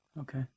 Okay